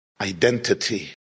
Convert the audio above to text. Identity